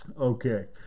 Okay